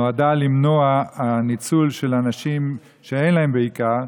נועדה למנוע ניצול של אנשים שאין להם, בעיקר.